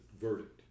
verdict